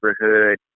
neighborhood